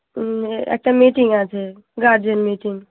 একটা মিটিং আছে guardian meeting